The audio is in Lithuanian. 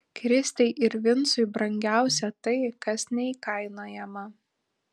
kristei ir vincui brangiausia tai kas neįkainojama